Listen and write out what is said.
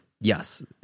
Yes